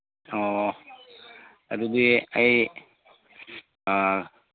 ꯑꯣ ꯑꯗꯨꯗꯤ ꯑꯩ